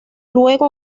luego